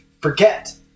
forget